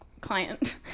client